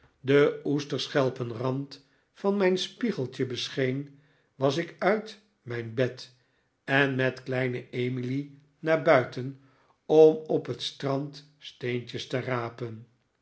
de oesterschelpen rand van mijn spiegeltje bescheen was ik uit mijn bed en met kleine emily naar buiten om op het strand steentjes te rapen